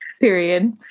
Period